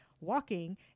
walking